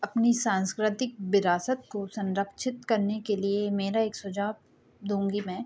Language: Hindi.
अपनी साँस्कृतिक विरासत को संरक्षित करने के लिए मेरा एक सुझाव दूँगी मैं